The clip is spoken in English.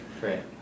right